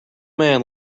man